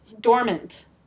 dormant